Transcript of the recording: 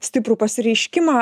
stiprų pasireiškimą